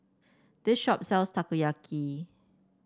this shop sells Takoyaki